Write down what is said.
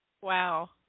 wow